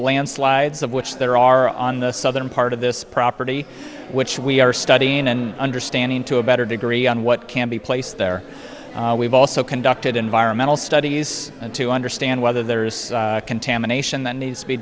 landslides of which there are on the southern part of this property which we are studying and understanding to a better degree on what can be place there we've also conducted environmental studies to understand whether there is contamination that needs to be